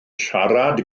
siarad